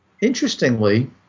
interestingly